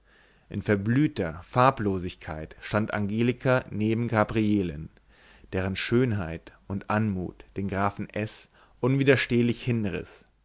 in verblühter farblosigkeit stand angelika neben gabrielen deren schönheit und anmut den grafen s unwiderstehlich hinriß